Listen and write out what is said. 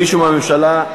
מישהו מהממשלה?